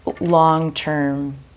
long-term